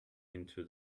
into